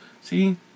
See